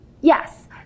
Yes